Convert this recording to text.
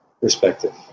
perspective